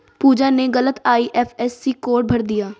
पूजा ने गलत IFSC code भर दिया